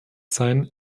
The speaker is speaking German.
sein